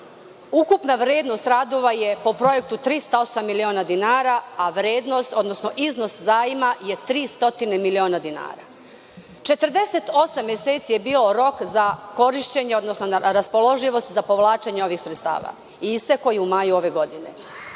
ukupna vrednost radova je projektu 308 miliona dinara, a vrednost, odnosno iznos zajma je 300 miliona dinara. Četrdesetosam meseci je bio rok za korišćenje, odnosno raspoloživost za povlačenje ovih sredstava i istekao je u maju ove godine.